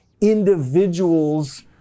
individuals